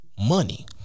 Money